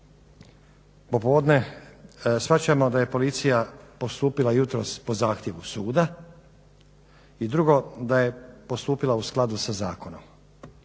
popodne shvaćamo da je policija postupila jutros po zahtjevu suda i drugo, da je postupila u skladu sa zakonom.